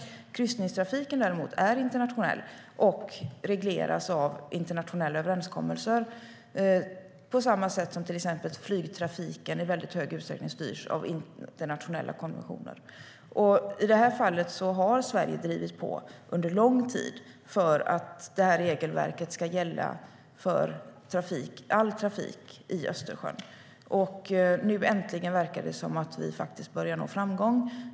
Däremot är kryssningstrafiken internationell och regleras av internationella överenskommelser på samma sätt som till exempel flygtrafiken i stor utsträckning styrs av internationella konventioner. I det här fallet har Sverige drivit på under lång tid för att regelverket ska gälla för all trafik i Östersjön. Nu äntligen verkar det som att vi börjar nå framgång.